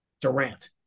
Durant